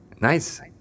Nice